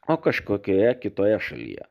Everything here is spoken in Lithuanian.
o kažkokioje kitoje šalyje